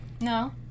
No